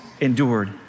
endured